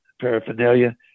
paraphernalia